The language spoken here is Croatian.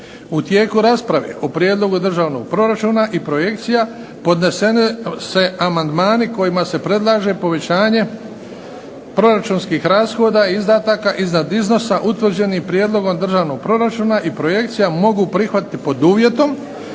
U tijeku rasprave o prijedlogu državnog proračuna i projekcija, podnose se amandmani kojima se predlaže povećanje proračunskih rashoda, izdataka iznad iznosa utvrđenih prijedlogom državnog proračuna. I projekcije mogu prihvatiti pod uvjetom